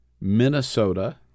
Minnesota